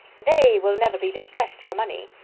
they will never be distressed for money.